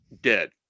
dead